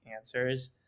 answers